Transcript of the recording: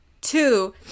Two